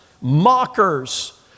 mockers